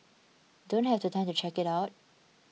don't have the time to check it out